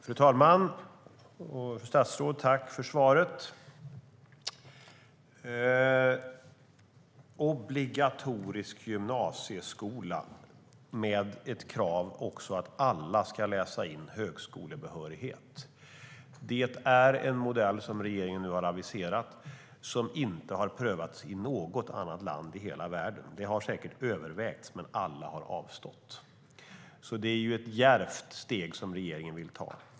Fru talman! Tack för svaret, statsrådet! Obligatorisk gymnasieskola med ett krav att alla ska läsa in högskolebehörighet är en modell som regeringen nu har aviserat som inte har prövats i något annat land i hela världen. Det har säkert övervägts, men alla har avstått. Det är ett djärvt steg som regeringen vill ta.